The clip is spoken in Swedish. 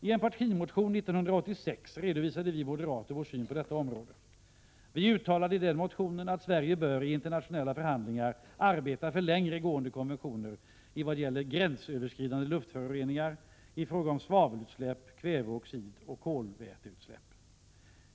I en partimotion 1986 redovisade vi moderater vår syn på detta område. Vi uttalade i den motionen att Sverige bör i internationella förhandlingar arbeta för längre gående konventioner vad gäller gränsöverskridande luftföroreningar, i fråga om svavelutsläpp, kväveoxidutsläpp och kolväteutsläpp.